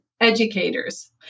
Educators